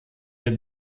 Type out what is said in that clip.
der